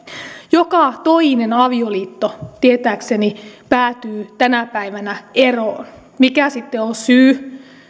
joka toinen avioliitto tietääkseni päätyy tänä päivänä eroon mikä sitten on syy